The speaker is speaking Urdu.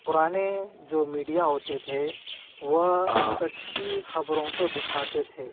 پرانے جو میڈیا ہوتے تھے وہ سچی خبروں کو دکھاتے تھے